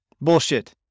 Bullshit